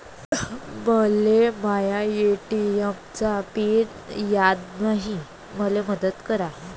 मले माया ए.टी.एम चा पिन याद नायी, मले मदत करा